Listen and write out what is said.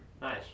Nice